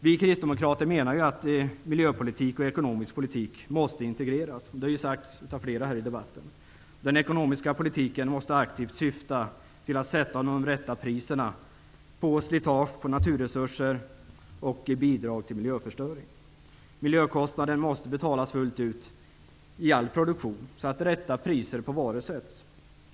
Vi kristdemokrater menar att miljöpolitik och ekonomisk politik måste integreras. Det har sagts av flera i debatten. Den ekonomiska politiken måste aktivt syfta till att sätta rätt pris på slitage, naturresurser och sådant som bidrar till miljöförstöring. Miljökostnaden måste betalas fullt ut i all produktion så att det sätts rätt priser på varor.